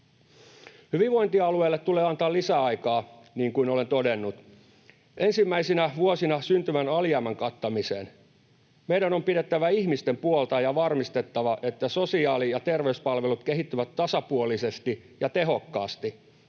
Hyvinvointialueelle tulee antaa lisäaikaa, niin kuin olen todennut, ensimmäisinä vuosina syntyvän alijäämän kattamiseen. Meidän on pidettävä ihmisten puolta ja varmistettava, että sosiaali- ja terveyspalvelut kehittyvät tasapuolisesti ja tehokkaasti.